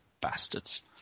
bastards